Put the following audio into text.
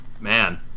man